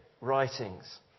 writings